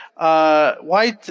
White